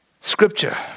Scripture